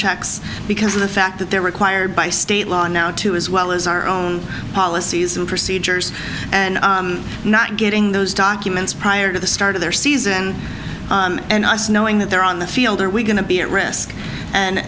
checks because of the fact that they're required by state law now to as well as our own policies and procedures and not getting those documents prior to the start of their season and us knowing that they're on the field are we going to be at risk and